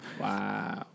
Wow